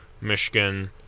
Michigan